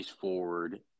forward